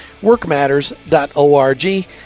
workmatters.org